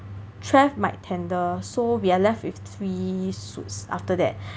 Trav might tender so we are left with three suits after that